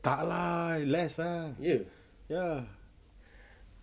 tak lah less ah ya